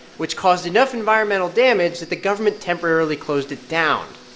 which caused enough environmental damage that the government temporarily closed it down.